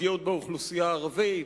הפגיעות באוכלוסייה הערבית,